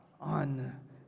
on